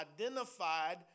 identified